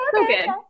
Okay